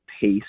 pace